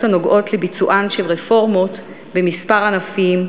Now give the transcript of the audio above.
הנוגעות לביצוען של רפורמות במספר ענפים,